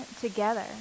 together